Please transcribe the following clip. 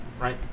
Right